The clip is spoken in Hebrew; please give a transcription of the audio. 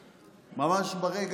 ממש ברגע האחרון.